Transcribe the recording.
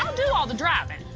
do all the driving,